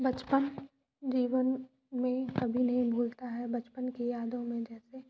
बचपन जीवन में कभी नहीं भुलता है बचपन की यादों में जैसे